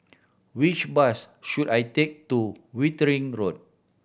which bus should I take to Wittering Road